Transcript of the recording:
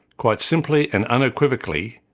quite simply, and unequivocally,